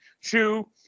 chew